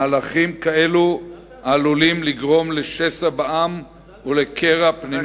מהלכים כאלה עלולים לגרום לשסע בעם ולקרע פנימי בעם.